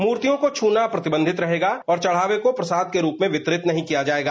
मूर्तियों को छूना प्रतिबंधित रहेगा और चढ़ावे को प्रसाद के रूप में वितरित नहीं किया जाएगा